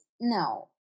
no